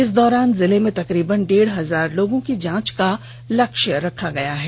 इस दौरान जिले में तकरीबन डेढ़ हजार लोगों की जांच का लक्ष्य रखा गया है